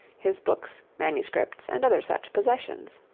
his books, manuscripts, and other such possessions.